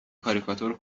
کاریکاتور